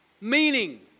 meaning